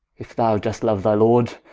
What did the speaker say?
if thou dost loue thy lord,